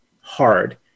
hard